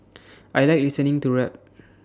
I Like listening to rap